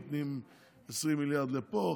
נותנים 20 מיליארד לפה,